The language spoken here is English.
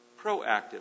Proactive